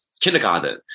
kindergarten